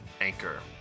anchor